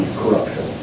corruption